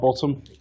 bottom